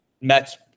Mets